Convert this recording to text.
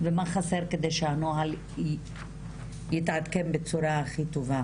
היום היא מקבלת ב' 1 שזאת אשרה שכמעט לא שווה.